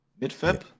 mid-Feb